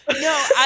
no